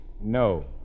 No